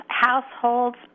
households